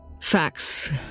facts